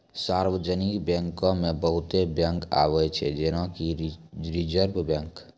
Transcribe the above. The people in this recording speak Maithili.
सार्वजानिक बैंको मे बहुते बैंक आबै छै जेना कि रिजर्व बैंक